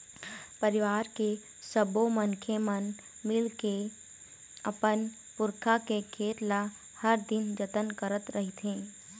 परिवार के सब्बो मनखे मन मिलके के अपन पुरखा के खेत ल हर दिन जतन करत रहिथे